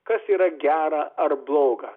kas yra gera ar bloga